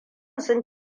sun